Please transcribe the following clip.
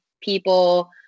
people